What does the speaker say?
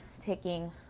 taking